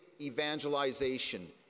evangelization